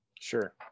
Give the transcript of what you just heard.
Sure